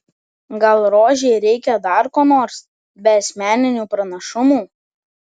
gal rožei reikia dar ko nors be asmeninių pranašumų